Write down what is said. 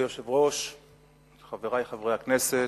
אדוני היושב-ראש, חברי חברי הכנסת,